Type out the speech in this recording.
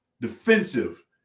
defensive